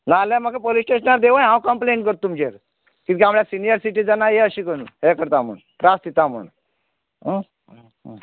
नाल्यार म्हाका पोलीस स्टेशनार देंवय हांव कंप्लेन करतां तुमचेर कितें कांय म्हळ्यार सिनीयर सिटीजन हें अशें करतात म्हणून त्रास दिता म्हणून हूं